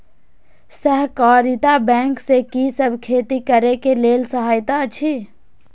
सहकारिता बैंक से कि सब खेती करे के लेल सहायता अछि?